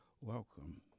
welcome